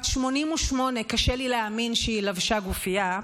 בת 88, קשה לי להאמין שהיא לבשה גופייה,